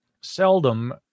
seldom